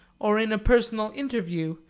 or in a personal interview,